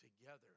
together